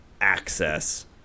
access